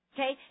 Okay